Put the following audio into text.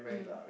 mm